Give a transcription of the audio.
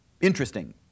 interesting